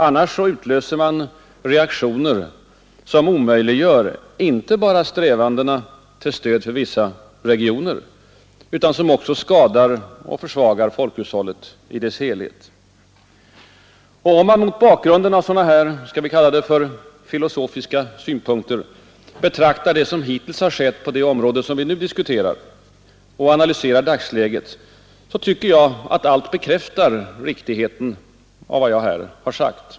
Annars utlöser man reaktioner som inte bara omöjliggör strävandena till stöd för vissa regioner utan också skadar och försvagar folkhushållet i dess helhet. Om man mot bakgrunden av sådana här låt mig kalla det filosofiska synpunkter betraktar vad som hittills skett på det område, som vi nu debatterar, och analyserar dagsläget, så tycker jag att allt bekräftar riktigheten av vad jag här har sagt.